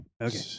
Okay